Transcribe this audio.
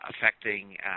affecting